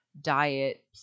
Diet